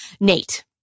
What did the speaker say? Nate